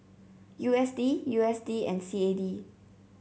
U S D U S D and C A D